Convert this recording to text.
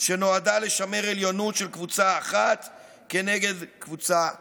שנועדה לשמר עליונות של קבוצה אחת כנגד קבוצה אחרת.